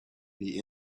the